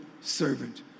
servant